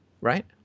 Right